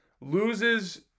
Loses